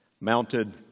mounted